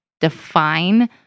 define